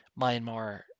Myanmar